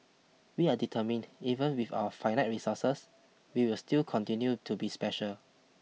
we are determined even with our finite resources we will still continue to be special